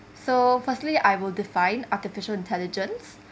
so firstly I will define artificial intelligence